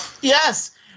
Yes